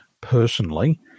personally